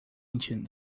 ancient